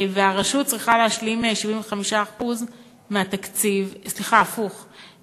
והרשות צריכה להשלים 75% מהתקציב, סליחה, הפוך.